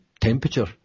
temperature